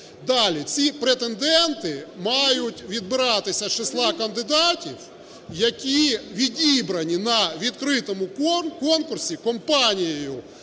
Далі. Ці претенденти мають відбиратися з числа кандидатів, які відібрані на відкритому конкурсі компанією